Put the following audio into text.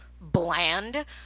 bland